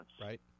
Right